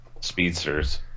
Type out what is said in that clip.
speedsters